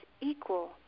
equal